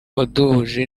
waduhuje